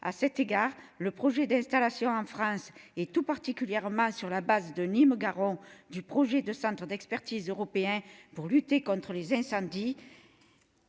À cet égard, le projet d'installation en France, plus précisément sur la base de Nîmes-Garons, du centre d'expertise européen pour lutter contre les risques,